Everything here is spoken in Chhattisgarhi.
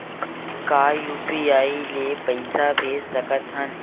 का यू.पी.आई ले पईसा भेज सकत हन?